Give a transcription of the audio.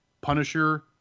Punisher